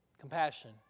compassion